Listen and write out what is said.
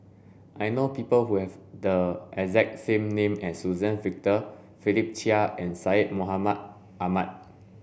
I know people who have the exact same name as Suzann Victor Philip Chia and Syed Mohamed Ahmed